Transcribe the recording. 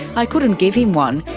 i couldn't give him one,